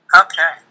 Okay